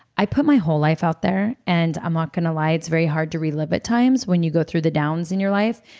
i put my whole life out there, and i'm not going to lie. it's very hard to relive at times when you go through the downs in your life,